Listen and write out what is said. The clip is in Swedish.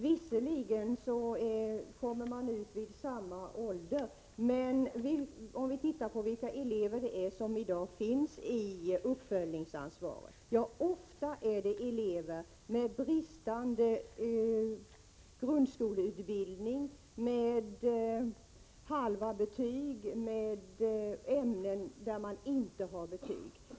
Visserligen kommer eleverna ut i samma ålder, men om vi tittar på vilka elever som i dag omfattas av uppföljningsansvaret ser vi, att det ofta är elever med bristande grundskoleutbildning, med halva betyg och utan betyg i somliga ämnen.